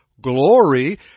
glory